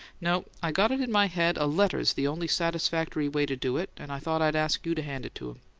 no i got it in my head a letter's the only satisfactory way to do it, and i thought i'd ask you to hand it to him.